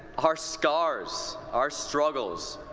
our scars, our struggles,